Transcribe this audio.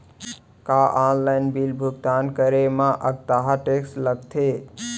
का online bill भुगतान करे मा अक्तहा टेक्स लगथे?